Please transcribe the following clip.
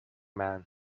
man